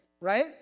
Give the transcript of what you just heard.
right